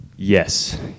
Yes